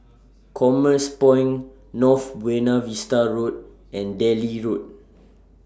Commerce Point North Buona Vista Road and Delhi Road